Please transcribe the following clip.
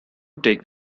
take